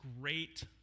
great